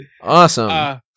Awesome